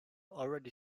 already